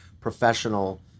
professional